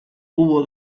hubo